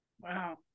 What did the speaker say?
Wow